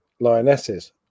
Lionesses